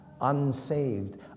unsaved